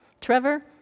Trevor